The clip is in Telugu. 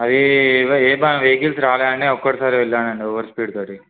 అది ఇ ఏ వెహికల్స్ రాలేదని ఒక్కసారి వెళ్ళానండి ఓవర్ స్పీడ్తోటి